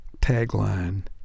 tagline